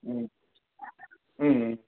ம் ம்